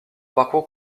parcours